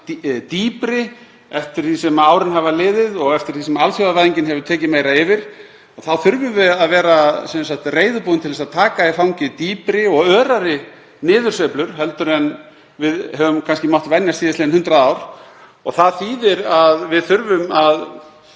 dýpri eftir því sem árin hafa liðið. Eftir því sem alþjóðavæðingin hefur tekið meira yfir þurfum við að vera reiðubúin til að taka í fangið dýpri og örari niðursveiflur en við höfum kannski mátt venjast síðastliðin 100 ár. Það þýðir að við þurfum að